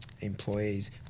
employees